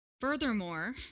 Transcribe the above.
furthermore